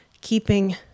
keeping